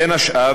בין השאר,